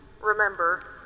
remember